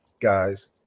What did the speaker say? guys